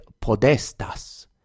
Podestas